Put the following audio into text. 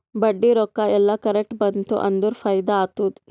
ಬಡ್ಡಿ ರೊಕ್ಕಾ ಎಲ್ಲಾ ಕರೆಕ್ಟ್ ಬಂತ್ ಅಂದುರ್ ಫೈದಾ ಆತ್ತುದ್